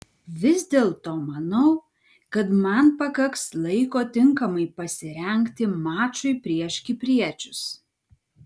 vis dėlto manau kad man pakaks laiko tinkamai pasirengti mačui prieš kipriečius